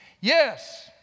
Yes